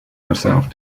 yourself